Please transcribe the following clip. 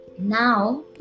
Now